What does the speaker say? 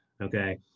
okay